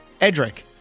Edric